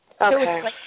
Okay